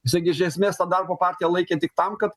jisai gi iš esmės tą darbo partiją laikė tik tam kad